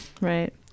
Right